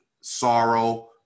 sorrow